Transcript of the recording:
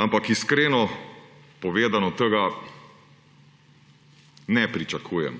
Ampak iskreno povedano tega ne pričakujem,